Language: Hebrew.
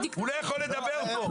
הוא לא יכול לדבר פה.